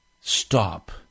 Stop